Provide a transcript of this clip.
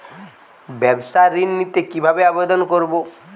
ব্যাবসা ঋণ নিতে কিভাবে আবেদন করব?